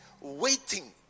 waiting